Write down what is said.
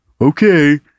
Okay